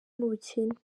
n’ubukene